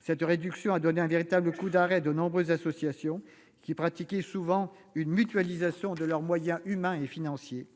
Cette réduction a constitué un véritable frein pour de nombreuses associations, qui pratiquaient souvent une mutualisation de leurs moyens humains et financiers.